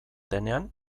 denean